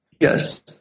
yes